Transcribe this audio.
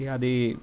అది